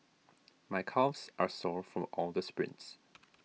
my calves are sore from all the sprints